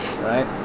right